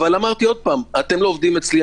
אבל אתם לא עובדים אצלי,